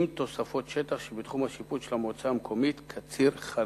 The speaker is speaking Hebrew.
עם תוספות שטח שבתחום השיפוט של המועצה המקומית קציר-חריש,